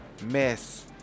Mess